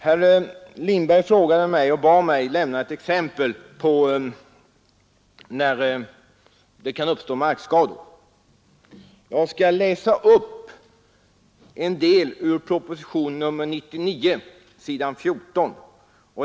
Sedan bad herr Lindberg mig att nämna något exempel där det kan uppstå markskador av körning med snöskotrar. Då skall jag be att få läsa upp några rader ur propositionen 99, s. 14.